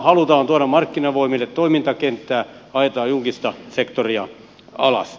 halutaan tuoda markkinavoimille toimintakenttää ajetaan julkista sektoria alas